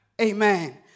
Amen